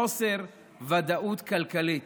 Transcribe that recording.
מחוסר ודאות כלכלית.